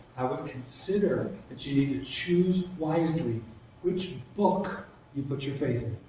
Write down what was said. consider that you need to choose wisely which book you put your faith in.